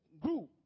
group